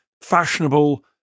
fashionable